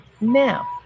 now